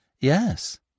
Yes